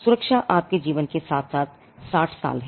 सुरक्षा आपके जीवन के साथ साथ 60 साल है